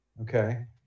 Okay